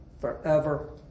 forever